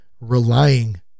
relying